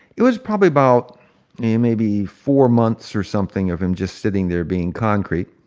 it was probably about yeah maybe four months or something of him just sitting there being concrete.